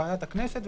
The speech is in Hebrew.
לוועדת הכנסת,